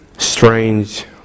Strange